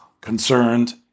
concerned